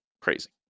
crazy